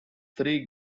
three